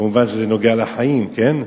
כמובן כשזה נוגע לחיים, כן?